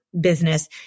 business